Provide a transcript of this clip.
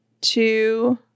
two